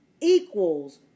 Equals